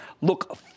look